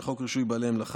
59. חוק עובדים זרים,